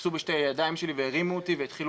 תפסו בשתי הידיים שלי והרימו אותי והתחילו